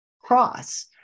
cross